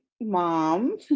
mom